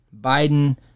Biden